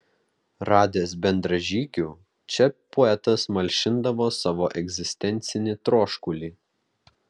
radęs bendražygių čia poetas malšindavo savo egzistencinį troškulį